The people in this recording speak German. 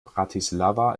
bratislava